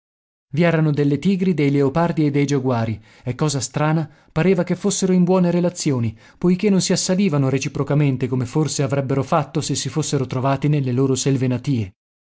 i erano delle tigri dei leopardi e dei giaguari e cosa strana pareva che fossero in buone relazioni poiché non si assalivano reciprocamente come forse avrebbero fatto se si fossero trovati nelle loro selve natie